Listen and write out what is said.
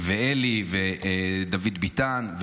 ואלי ודוד ביטן.